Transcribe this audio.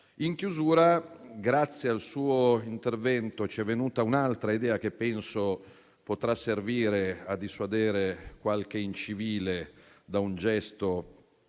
In chiusura, grazie al suo intervento, ci è venuta un'altra idea, che penso potrà servire a dissuadere qualche incivile da un gesto